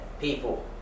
people